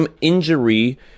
injury